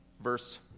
verse